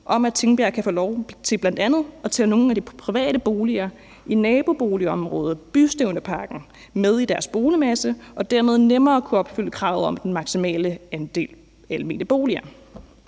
om, at Tingbjerg kan få lov til bl.a. at tage nogle af de private boliger i naboboligområdet Bystævneparken med i deres boligmasse og dermed nemmere kunne opfylde kravet om den maksimale andel af almene boliger.